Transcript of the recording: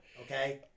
Okay